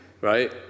right